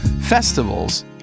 festivals